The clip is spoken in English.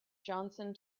johnson